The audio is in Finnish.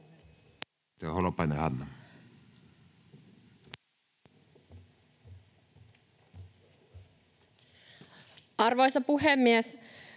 Arvoisa puhemies!